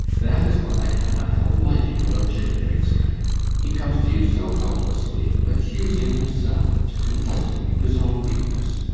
that is what i cannot help liking about jacob engstrand he comes to you so helplessly, accusing himself and confessing his own weakness.